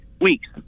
weeks